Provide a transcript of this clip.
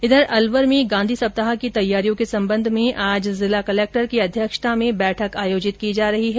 इधर अलवर में गांधी सप्ताह की तैयारियों के संबंध में आज जिला कलेक्टर की अध्यक्षता में बैठक आयोजित की जा रही है